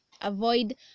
avoid